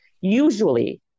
usually